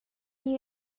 you